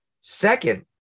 Second